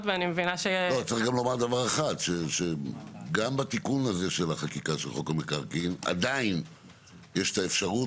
--- צריך לומר שגם בתיקון הזה עדיין יש את האפשרות,